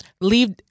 leave